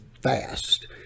fast